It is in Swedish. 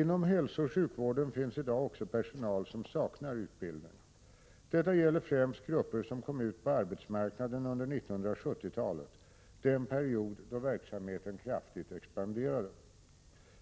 Inom hälsooch sjukvården finns i dag också personal som saknar utbildning. Detta gäller främst grupper som kom ut på arbetsmarknaden under 1970-talet — den period då verksamheten kraftigt expanderade.